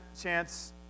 chance